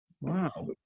Wow